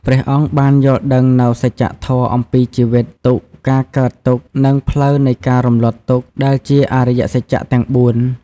ព្រះអង្គបានយល់ដឹងនូវសច្ចធម៌អំពីជីវិត ទុក្ខ ការកើតទុក្ខ និងផ្លូវនៃការរំលត់ទុក្ខ ដែលជា អរិយសច្ចៈទាំង៤។